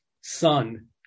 son